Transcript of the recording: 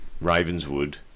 Ravenswood